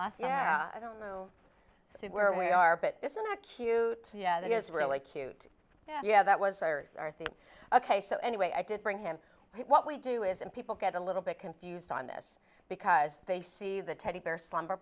last yeah i don't see where we are but isn't that cute yeah that is really cute yeah yeah that was our thing ok so anyway i did bring him what we do is and people get a little bit confused on this because they see the teddy bear slumber